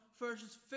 verses